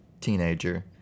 teenager